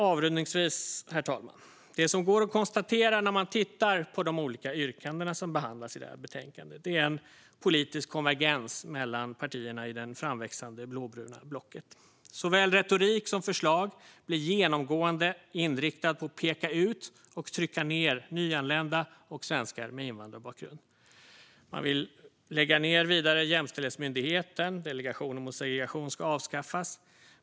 Avrundningsvis, herr talman: Det som går att konstatera när man tittar på de olika yrkanden som behandlas i det här betänkandet är en politisk konvergens mellan partierna i det framväxande blåbruna blocket. Såväl retorik som förslag blir genomgående inriktade på att peka ut och trycka ned nyanlända och svenskar med invandrarbakgrund. Vidare vill man lägga ned Jämställdhetsmyndigheten, och Delegationen mot segregation ska avskaffas.